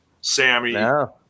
Sammy